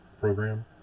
program